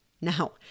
Now